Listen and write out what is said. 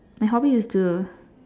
my hobby is to